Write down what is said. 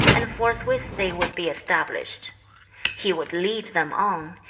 and forthwith they would be established he would lead them on,